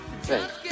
Thanks